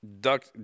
Duck